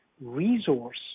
resource